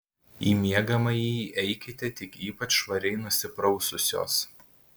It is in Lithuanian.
į miegamąjį eikite tik ypač švariai nusipraususios